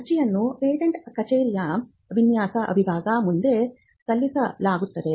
ಅರ್ಜಿಯನ್ನು ಪೇಟೆಂಟ್ ಕಚೇರಿಯ ವಿನ್ಯಾಸ ವಿಭಾಗದ ಮುಂದೆ ಸಲ್ಲಿಸಲಾಗುತ್ತದೆ